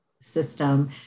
system